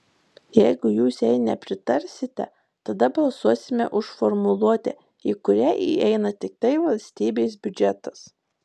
jeigu jūs jai nepritarsite tada balsuosime už formuluotę į kurią įeina tiktai valstybės biudžetas